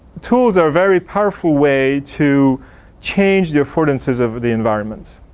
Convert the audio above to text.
tools are a very powerful way to change the affordances of the environment.